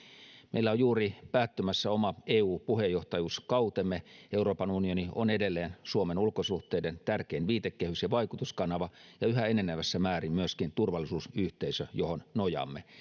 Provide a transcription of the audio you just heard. meillä on juuri päättymässä oma eu puheenjohtajuuskautemme euroopan unioni on edelleen suomen ulkosuhteiden tärkein viitekehys ja vaikutuskanava ja yhä enenevässä määrin myöskin turvallisuusyhteisö johon nojaamme